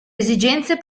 esigenze